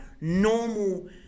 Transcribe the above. normal